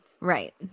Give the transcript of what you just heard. Right